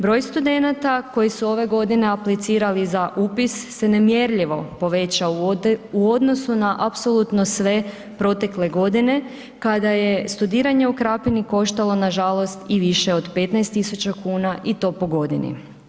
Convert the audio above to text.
Broj studenata koji su ove godina aplicirali za upis se nemjerljivo povećao u odnosu na apsolutno sve protekle godine kada je studiranje u Krapini koštalo nažalost i više od 15.000 kuna i to po godini.